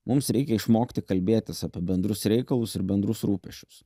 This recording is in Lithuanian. mums reikia išmokti kalbėtis apie bendrus reikalus ir bendrus rūpesčius